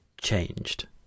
changed